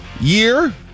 year